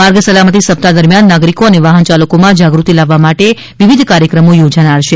માર્ગ સલામતી સપ્તાહ દરમિયાન નાગરિકો અને વાહન યાલકોમાં જાગૃતિ લાવવા માટે વિવિધ કાર્યક્રમો યોજાનાર છે